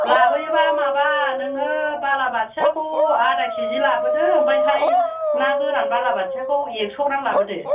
लाबोयोबा माबा नोङो बालाबाथियाखौ आदा कि जि लाबोदो ओमफाय हाय ना गोरान बालाबाथियाखौ एक स' ग्राम लाबोदो